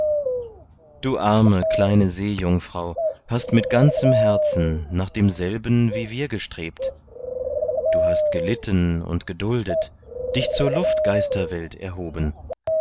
du arme kleine seejungfrau hast mit ganzem herzen nach demselben wie wir gestrebt du hast gelitten und geduldet dich zur luftgeisterwelt erhoben